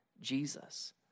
Jesus